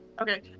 Okay